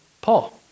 Paul